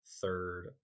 third